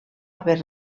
haver